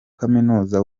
kaminuza